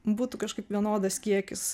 būtų kažkaip vienodas kiekis